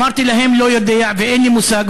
אמרתי להם: לא יודע, ואין לי מושג.